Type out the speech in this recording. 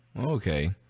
Okay